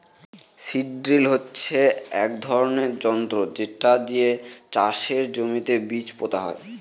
seed drill হচ্ছে এক ধরনের যন্ত্র যেটা দিয়ে চাষের জমিতে বীজ পোতা হয়